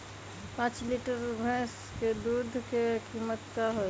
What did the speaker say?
पाँच लीटर भेस दूध के कीमत का होई?